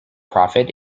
profit